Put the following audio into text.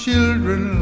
Children